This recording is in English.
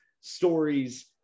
stories